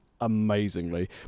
amazingly